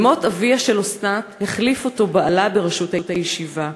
במות אביה של אסנת החליף אותו בעלה בראשות הישיבה.